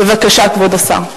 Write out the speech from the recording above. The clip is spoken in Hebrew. בבקשה, כבוד השר.